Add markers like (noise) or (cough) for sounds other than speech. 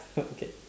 (laughs) okay